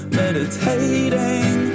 meditating